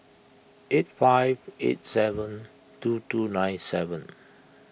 eight five eight seven two two nine seven